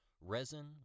resin